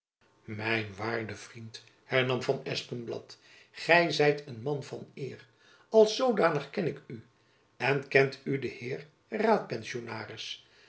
mijn waarde vriend hernam van espenblad gy zijt een man van eer als zoodanig ken ik u en jacob van lennep elizabeth musch kent u de heer raadpensionaris